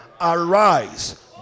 arise